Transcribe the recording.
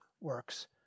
works